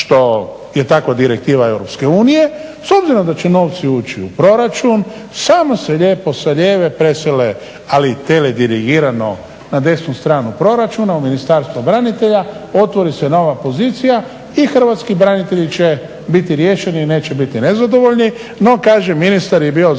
što je takva direktiva EU, s obzirom da će novci uči u proračun samo se lijepo sa lijeve presele, ali teledirigirano na desnu stranu proračuna u Ministarstvo branitelja, otvori se nova pozicija i hrvatski branitelji će biti riješeni i neće biti nezadovoljni. No, kaže ministar je bio zauzet